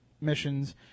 missions